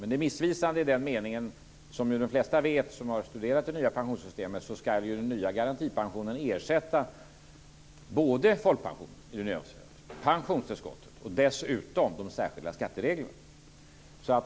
Men detta är missvisande i den meningen att - som de flesta vet som har studerat det nya pensionssystemet - den nya garantipensionen ska ersätta både folkpensionen, pensionstillskottet och dessutom de särskilda skattereglerna.